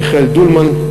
מיכאל טולמן,